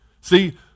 See